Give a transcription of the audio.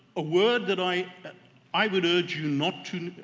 a word that i i would urge you not to,